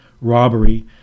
robbery